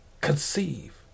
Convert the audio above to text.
conceive